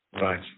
Right